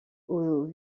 aux